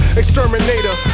exterminator